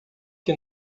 que